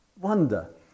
wonder